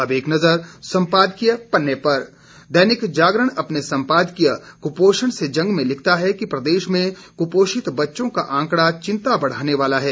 अब एक नजर संपादकीय पन्ने पर दैनिक जागरण अपने संपादकीय कुपोषण से जंग में लिखता है कि प्रदेश में कुपोषित बच्चों का आंकड़ा चिंता बढ़ाने वाला है